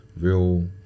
real